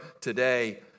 today